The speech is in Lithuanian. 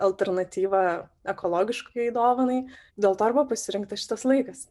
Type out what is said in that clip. alternatyvą ekologiškai dovanai dėl to ir buvo pasirinktas šitas laikas